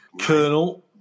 Colonel